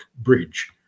bridge